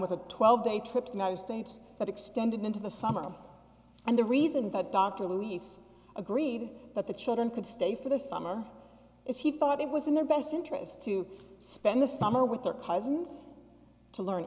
was a twelve day trip to the united states that extended into the summer and the reason that dr luis agreed that the children could stay for the summer is he thought it was in their best interest to spend the summer with their cousins to learn